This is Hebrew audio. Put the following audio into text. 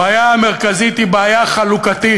הבעיה המרכזית היא בעיה חלוקתית.